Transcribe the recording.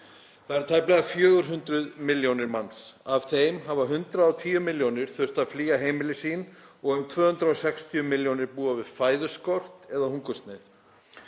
Það eru tæplega 400 milljónir manns. Af þeim hafa 110 milljónir þurft að flýja heimili sín og um 260 milljónir búa við fæðuskort eða hungursneyð.